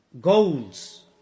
goals